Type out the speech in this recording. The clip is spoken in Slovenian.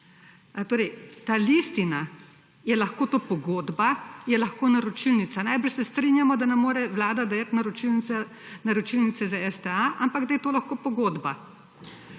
ta listina, je lahko to pogodba, je lahko naročilnica. Najbrž se strinjamo, da ne more Vlada dajat naročilnice za STA, ampak da je to lahko pogodba.